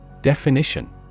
Definition